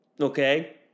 Okay